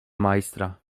majstra